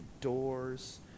doors